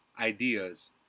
ideas